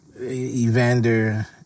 Evander